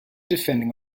defending